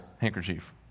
handkerchief